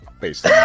Based